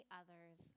others